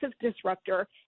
disruptor